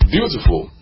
Beautiful